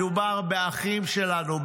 מדובר באחים שלנו,